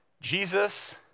Jesus